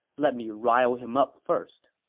let me rile him up first.